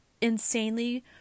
insanely